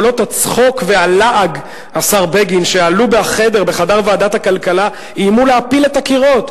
קולות הצחוק והלעג שעלו בחדר ועדת הכלכלה איימו להפיל את הקירות.